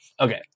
Okay